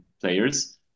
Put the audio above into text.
players